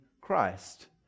christ